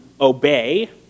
obey